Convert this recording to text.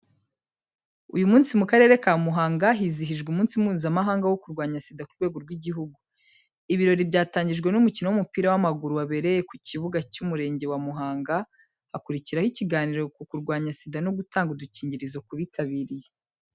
Uyu munsi, mu Karere ka Muhanga, hizihijwe umunsi mpuzamahanga wo kurwanya SIDA ku rwego rw’igihugu. Ibirori byatangijwe n’umukino w’umupira w’amaguru wabereye ku kibuga cy’Umurenge wa Muhanga, hakurikiraho ikiganiro ku kwirinda SIDA no gutanga udukingirizo ku bitabiriye.